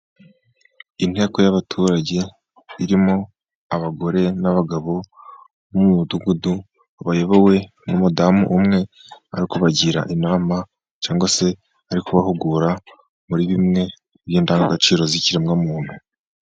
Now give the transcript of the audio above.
Inteko y'abaturage irimo abagore n'abagabo bo mu mudugudu bayobowe n'umudamu umwe ari ukubagira inama cyangwa se ari kubahugura muri bimwe by'indangagaciro z'ikiremwamuntu